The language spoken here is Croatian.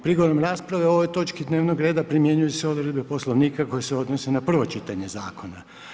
Prigodom rasprave o ovoj točci dnevnog reda, primjenjuju se odredbe Poslovnika koje se odnose na prvo čitanje zakona.